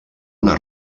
una